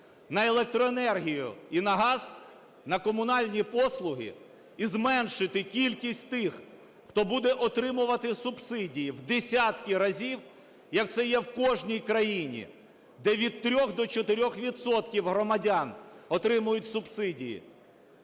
на електроенергію і на газ, на комунальні послуги і зменшити кількість тих, хто буде отримувати субсидії в десятки разів, як це є в кожній країні, де від 3 до 4 відсотків громадян отримують субсидії,